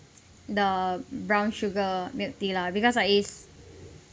the brown sugar milk tea lah because like is